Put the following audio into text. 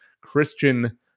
Christian